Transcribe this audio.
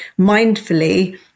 mindfully